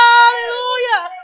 Hallelujah